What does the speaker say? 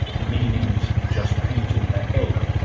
meanings just ain't in the head.